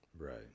Right